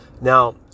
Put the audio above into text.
Now